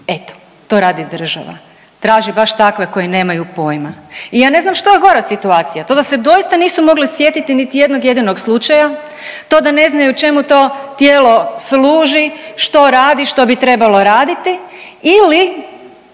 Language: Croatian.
Eto to radi država. Traži baš takve koji nemaju pojma. I ja ne znam što je gora situacija: to da se doista nisu mogli sjetiti niti jednog jedinog slučaja, to da ne znaju čemu to tijelo služi, što radi, što bi trebalo raditi ili